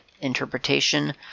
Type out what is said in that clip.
interpretation